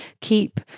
Keep